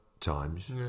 times